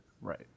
Right